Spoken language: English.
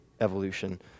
evolution